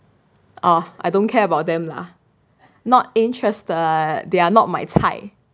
ah I don't care about them lah not interest they are not my 菜